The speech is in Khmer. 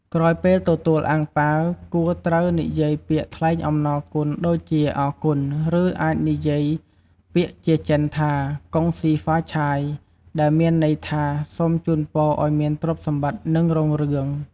ក្រោយពេលទទួលអាំងប៉ាវ គួរត្រូវនិយាយពាក្យថ្លែងអំណរគុណដូចជា "អរគុណ" ឬអាចនិយាយពាក្យជាចិនថា "កុងស៊ីហ្វាឆាយ" ដែលមានន័យថា "សូមជូនពរឱ្យមានទ្រព្យសម្បត្តិ និងរុងរឿង។